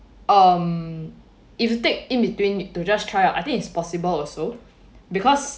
um if you take in between to just try out I think it's possible also because